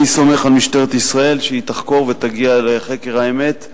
אני סומך על משטרת ישראל שתחקור ותגיע לחקר האמת,